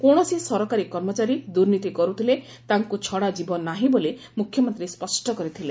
କୌଣସି ସରକାରୀ କର୍ମଚାରୀ ଦୁର୍ନୀତି କର୍ଥଥଲେ ତାଙ୍କୁ ଛଡାଯିବ ନାହିଁ ବୋଲି ମୁଖ୍ୟମନ୍ତୀ ସ୍କଷ୍ଟ କରିଥିଲେ